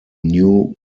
new